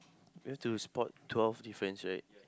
you have to spot twelve difference right